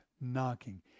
knocking